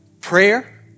Prayer